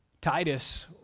Titus